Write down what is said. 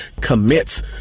commits